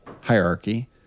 hierarchy